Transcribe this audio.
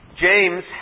James